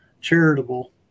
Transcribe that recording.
charitable